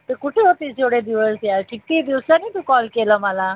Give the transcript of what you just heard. तू कुठे होतीस येवढे दिवस यार कित्ती दिवसांनी तू कॉल केला मला